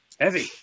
Heavy